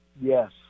Yes